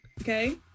okay